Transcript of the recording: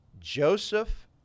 Joseph